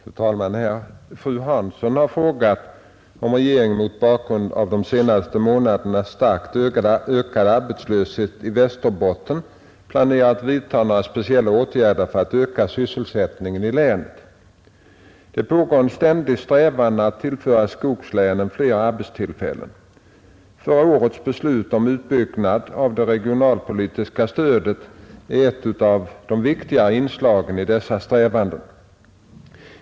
Fru talman! Fru Hansson har frågat om regeringen mot bakgrund av de senaste månadernas starkt ökade arbetslöshet i Västerbotten planerar att vidta några speciella åtgärder för att öka sysselsättningen i länet. Det pågår en ständig strävan att tillföra skogslänen fler arbetstillfällen. Förra årets beslut om utbyggnad av det regionalpolitiska stödet är ett av de viktigaste inslagen i dessa strävanden.